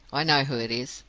i know who it is.